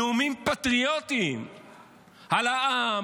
נואמים נאומים פטריוטים על העם,